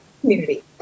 community